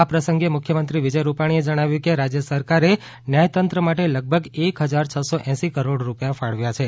આ પ્રસંગે મુખ્યમંત્રી વિજય રૂપાણીએ જણાવ્યું કે રાજ્ય સરકારે ન્યાયતંત્ર માટે લગભગ એક હજાર છ સો એંસી કરોડ રૂપિયા ફાળવ્યા છે